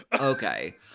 Okay